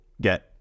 get